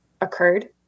occurred